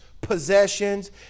possessions